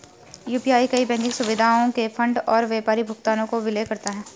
UPI कई banking सुविधाओं के फंड और व्यापारी भुगतानों को विलय करता है